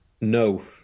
No